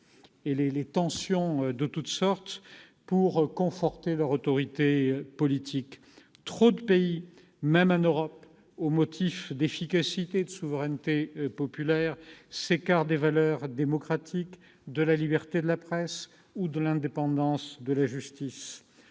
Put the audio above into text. et les tensions de toutes sortes pour conforter leur autorité politique. Trop de pays, y compris en Europe, au motif d'efficacité, de souveraineté populaire, s'écartent des valeurs démocratiques, de la liberté de la presse ou de l'indépendance de la justice.